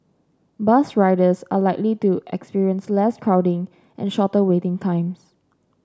bus riders are likely to experience less crowding and shorter waiting times